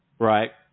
right